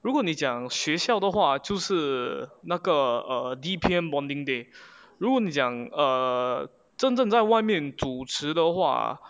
如果你讲学校的话就是那个 err D_P_M bonding day 如果你讲 err 真正在外面主持的话